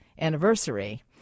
anniversary